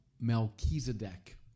Melchizedek